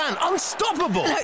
Unstoppable